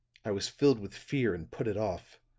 i was filled with fear and put it off